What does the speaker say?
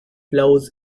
flows